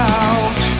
out